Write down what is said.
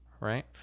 right